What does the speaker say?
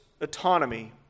autonomy